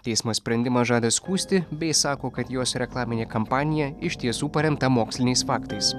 teismas sprendimą žada skųsti bei sako kad jos reklaminė kampanija iš tiesų paremta moksliniais faktais